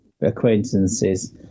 acquaintances